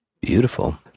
Beautiful